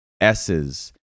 S's